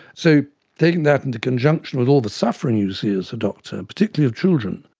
so taking that into conjunction with all the suffering you see as a doctor, particularly of children,